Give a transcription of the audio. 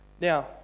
Now